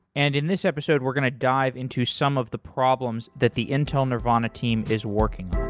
and in this episode we're going to dive into some of the problems that the intel nervana team is working